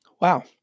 Wow